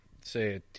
say